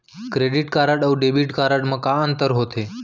Credit card अऊ debit card मा का अंतर होथे?